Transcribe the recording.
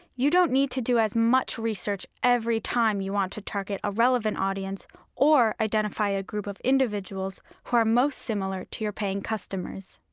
you don't need to do as much research every time you want to target a relevant audience or identify a group of individuals who are most similar to your paying customers.